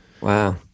wow